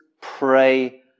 pray